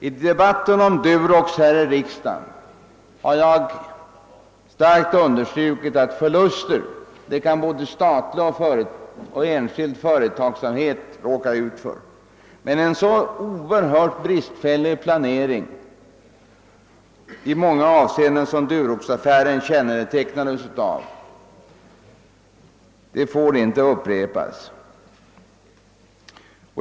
I debatten om Durox här i kammaren underströk jag starkt att både statlig och enskild företagsamhet kan råka ut för förluster, men en i många avseenden så oerhört bristfällig planering som Duroxaffären kännetecknades av får inte upprepas.